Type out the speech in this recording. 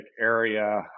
area